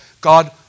God